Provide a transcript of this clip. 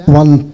one